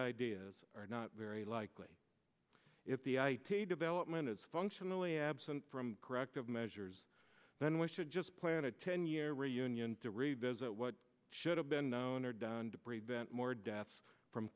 ideas are not very likely if the development is functionally absent from corrective measures then we should just plan a ten year reunion to revisit what should have been known or down debris vent more deaths from